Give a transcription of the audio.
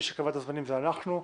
מי שקבע את הזמנים זה אנחנו,